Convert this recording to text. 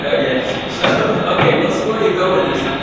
ah yes. so ok, we'll see where you go with this.